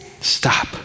Stop